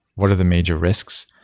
what are the major risks?